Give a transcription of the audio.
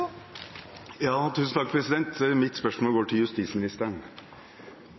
Mitt spørsmål går til justisministeren.